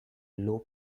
low